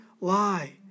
lie